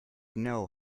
know